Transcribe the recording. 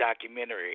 documentary